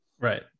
Right